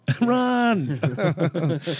Run